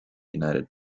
united